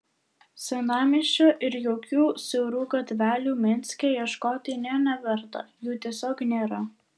senamiesčio ir jaukių siaurų gatvelių minske ieškoti nė neverta jų tiesiog nėra